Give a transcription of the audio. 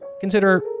consider